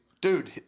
Dude